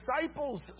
disciples